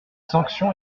sanction